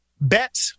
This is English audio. Bet